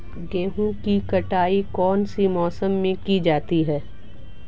गेहूँ की कटाई कौनसी मशीन से की जाती है?